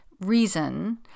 reason